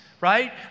right